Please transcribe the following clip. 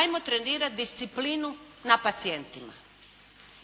Ajmo trenirati disciplinu na pacijentima.